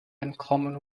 uncommon